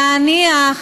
נניח